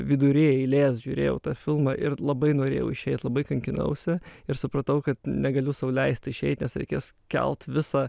vidury eilės žiūrėjau tą filmą ir labai norėjau išeit labai kankinausi ir supratau kad negaliu sau leisti išeit nes reikės kelti visą